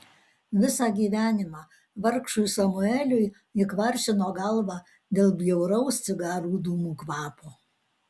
visą gyvenimą vargšui samueliui ji kvaršino galvą dėl bjauraus cigarų dūmų kvapo